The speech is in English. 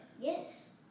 Yes